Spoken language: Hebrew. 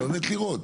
אבל לראות,